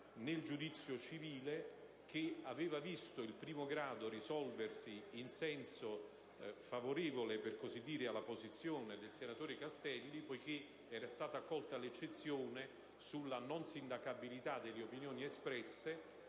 nel giudizio civile che aveva visto il primo grado risolversi in senso favorevole - per così dire - alla posizione del senatore Castelli, poiché era stata accolta l'eccezione sulla non sindacabilità delle opinioni espresse,